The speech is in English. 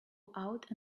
out